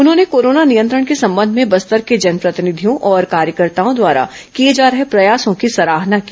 उन्होंने कोरोना नियंत्रण के संबंध में बस्तरें के जनप्रतिनिधियों और कार्यकर्ताओं द्वारा किए जा रहे प्रयासों की सराहना की